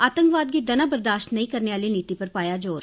आतंकवाद गी दना बर्दाश्त नेईं करने आह्ली नीति पर पाया जोर